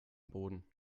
boden